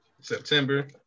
September